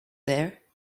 there